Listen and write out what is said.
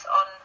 on